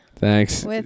Thanks